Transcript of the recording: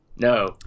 No